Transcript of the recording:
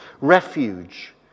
Refuge